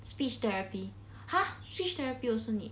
speech therapy !huh! speech therapy also need